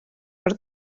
per